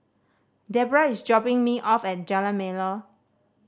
Debra is dropping me off at Jalan Melor